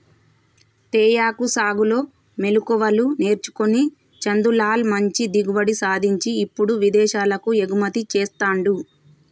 తేయాకు సాగులో మెళుకువలు నేర్చుకొని చందులాల్ మంచి దిగుబడి సాధించి ఇప్పుడు విదేశాలకు ఎగుమతి చెస్తాండు